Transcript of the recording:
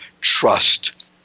trust